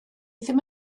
ddim